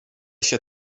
się